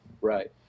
right